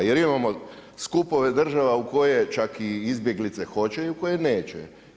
Jer imamo skupove država u koje čak i izbjeglice hoće i u koje neće.